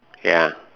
ya